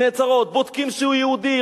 בודקים שהוא יהודי,